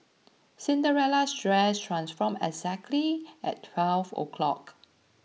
Cinderella's dress transformed exactly at twelve o'clock